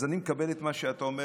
אז אני מקבל את מה שאתה אומר,